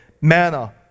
manna